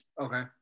Okay